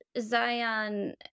Zion